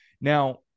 Now